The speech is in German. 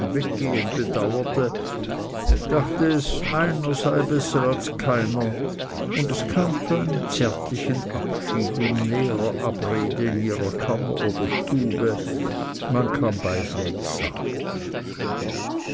weggehen bedauerte dachte es einer sei besser als keiner und es kam zu einem zärtlichen abschied und näherer abrede in ihrer kammer oder stube man kann beid weg sagen